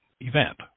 event